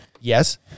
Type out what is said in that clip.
Yes